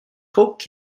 coke